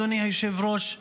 אדוני היושב-ראש,